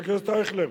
חבר הכנסת אייכלר,